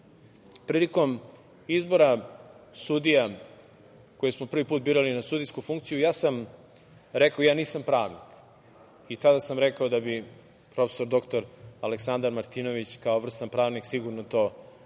prilikom izbora sudija koje smo prvi put birali na sudijsku funkciju, ja sam rekao da ja nisam pravnik i tada sam rekao da bi prof. dr Aleksandar Martinović kao vrstan pravnik, sigurno to bolje